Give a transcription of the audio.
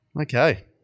Okay